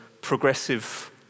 progressive